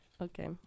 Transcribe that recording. Okay